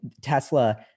Tesla